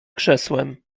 krzesłem